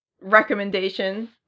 recommendation